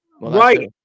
Right